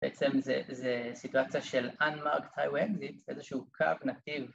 בעצם זו סיטואציה של Unmarked Highway Exit, איזשהו קו נתיב.